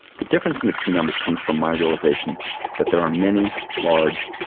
the difference in the two numbers comes from my realization that there are many large,